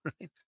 right